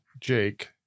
Jake